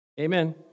Amen